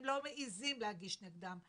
הם לא מעזים להגיש נגדם,